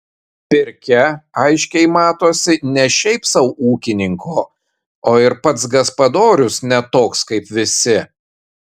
pirkia aiškiai matosi ne šiaip sau ūkininko o ir pats gaspadorius ne toks kaip visi